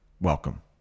welcome